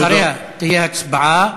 אחריו תהיה הצבעה,